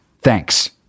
Thanks